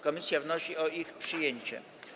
Komisja wnosi o ich przyjęcie.